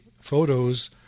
photos